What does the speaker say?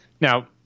Now